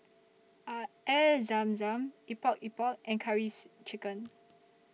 Are Air Zam Zam Epok Epok and Curries Chicken